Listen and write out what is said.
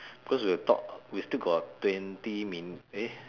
cause we have to talk we still got twenty min~ eh